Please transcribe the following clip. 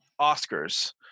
Oscars